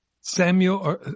Samuel